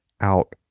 out